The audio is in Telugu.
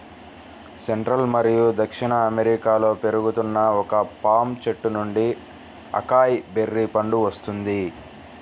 సెంట్రల్ మరియు దక్షిణ అమెరికాలో పెరుగుతున్న ఒక పామ్ చెట్టు నుండి అకాయ్ బెర్రీ పండు వస్తుంది